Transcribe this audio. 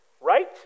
Right